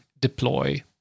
deploy